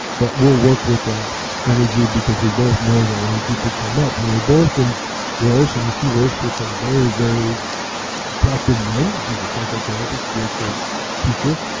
but we'll work with that energy because we both know that energy could come up. and we're both in roles, and she works with some very, very attractive men. she's a psychotherapist, spiritual teacher.